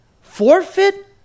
Forfeit